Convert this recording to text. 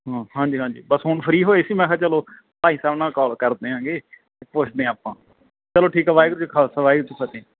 ਹਾਂ ਹਾਂਜੀ ਹਾਂਜੀ ਬਸ ਹੁਣ ਫਰੀ ਹੋਏ ਸੀ ਮੈਂ ਕਿਹਾ ਚਲੋ ਭਾਈ ਸਾਹਿਬ ਨਾਲ ਕਾਲ ਕਰਦੇ ਹਾਂ ਗੇ ਪੁੱਛਦੇ ਹਾਂ ਆਪਾਂ ਚਲੋ ਠੀਕ ਆ ਵਾਹਿਗੁਰੂ ਜੀ ਕਾ ਖਾਲਸਾ ਵਾਹਿਗੁਰੂ ਜੀ ਕੀ ਫ਼ਤਿਹ